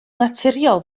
naturiol